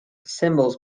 symbols